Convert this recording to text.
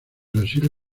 brasil